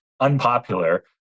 unpopular